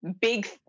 big